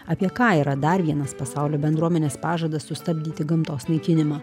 apie ką yra dar vienas pasaulio bendruomenės pažadas sustabdyti gamtos naikinimą